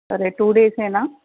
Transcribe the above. సరే టూ డేసేనా